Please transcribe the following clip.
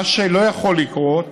מה שלא יכול לקרות